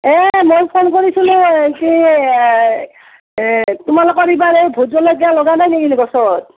এ মই ফোন কৰিছিলোঁ এই কি এই এ তোমালোকৰ এইবাৰ এই ভোট জলকীয়া লগা নাই নেকি গছত